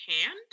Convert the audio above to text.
hand